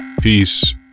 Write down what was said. Peace